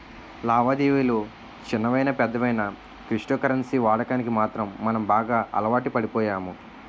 లావాదేవిలు చిన్నవయినా పెద్దవయినా క్రిప్టో కరెన్సీ వాడకానికి మాత్రం మనం బాగా అలవాటుపడిపోయాము